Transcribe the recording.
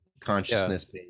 consciousness